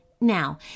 Now